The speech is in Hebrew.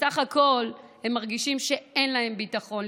בסך הכול הם מרגישים שאין להם ביטחון.